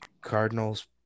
Cardinals